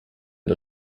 der